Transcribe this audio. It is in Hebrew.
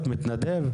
חקלאות.